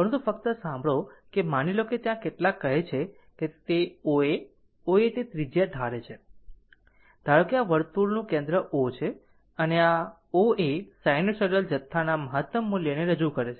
પરંતુ ફક્ત સાંભળો કે માની લો કે કેટલાક કહે છે કે O A O A તે ત્રિજ્યા ધારે છે O A ધારો કે આ વર્તુળનું કેન્દ્ર O છે અને આ એક O A સાઈનુસાઇડલ જથ્થાના મહત્તમ મૂલ્યને રજૂ કરે છે